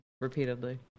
repeatedly